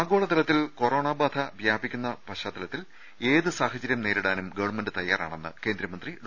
ആഗോളതലത്തിൽ കൊറോണാ ബാധ വ്യാപിക്കുന്ന പശ്ചാത്തലത്തിൽ ഏതുസാഹചരൃം നേരിടാനും ഗവൺമെന്റ് തയാറാണെന്ന് കേന്ദ്രമന്ത്രി ഡോ